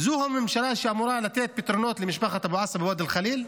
זו הממשלה שאמורה לתת פתרונות למשפחת אבו עסא בוואדי חליל?